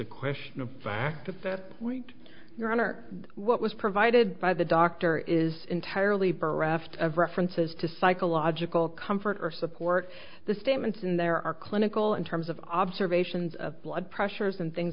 a question of fact at that point your honor what was provided by the doctor is entirely for raft of references to psychological comfort or support the statements in there are clinical in terms of observations of blood pressures and things